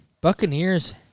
Buccaneers